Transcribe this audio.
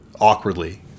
awkwardly